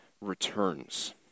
returns